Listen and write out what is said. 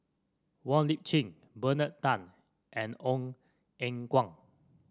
Wong Lip Chin Bernard Tan and Ong Eng Guan